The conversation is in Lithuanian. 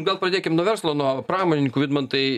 gal pradėkim nuo verslo nuo pramonininkų vidmantai